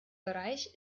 bereich